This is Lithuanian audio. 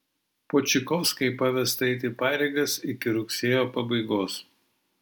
počikovskai pavesta eiti pareigas iki rugsėjo pabaigos